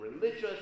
religious